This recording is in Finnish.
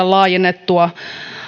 laajennettua